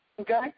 okay